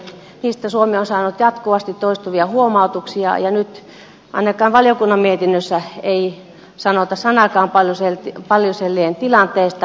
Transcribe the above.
niistä suomi on saanut jatkuvasti toistuvia huomautuksia ja nyt ainakaan valiokunnan mietinnössä ei sanota sanaakaan paljusellien tilanteesta